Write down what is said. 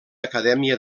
acadèmia